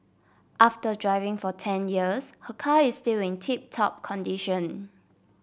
after driving for ten years her car is still in tip top condition